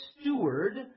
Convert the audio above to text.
steward